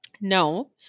No